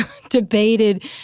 debated